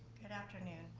good afternoon.